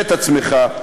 ואת עצמך,